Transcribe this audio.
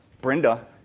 Brenda